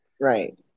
Right